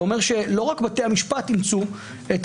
זה אומר שלא רק בתי המשפט אימצו את